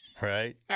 right